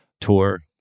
tour